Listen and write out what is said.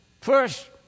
First